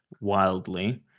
wildly